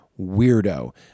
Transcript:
weirdo